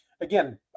again